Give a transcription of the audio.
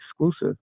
exclusive